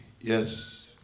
Yes